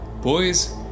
Boys